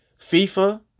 FIFA